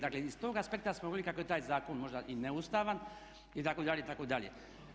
Dakle iz tog aspekta samo vidjeli kako je taj zakon možda i neustavan itd. itd.